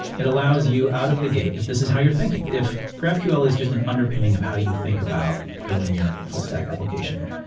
it allows you out-of-the-gate if this is how you're thinking. if graphql is just an underpinning of how you think about building your full stack application,